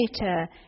later